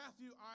Matthew